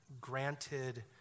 granted